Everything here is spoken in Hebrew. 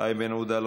איימן עודה,